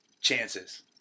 chances